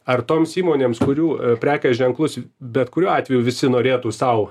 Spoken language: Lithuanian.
ar toms įmonėms kurių prekės ženklus bet kuriuo atveju visi norėtų sau